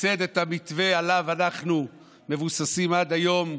ייסד את המתווה שעליו אנחנו מבוססים עד היום,